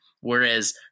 Whereas